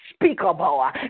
unspeakable